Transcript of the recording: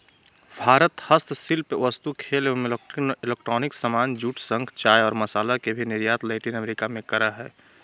भारत हस्तशिल्प वस्तु, खेल एवं इलेक्ट्रॉनिक सामान, जूट, शंख, चाय और मसाला के भी निर्यात लैटिन अमेरिका मे करअ हय